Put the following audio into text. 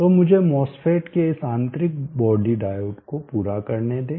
तो मुझे MOSFET के इस आंतरिक बॉडी डायोड को पूरा करने दें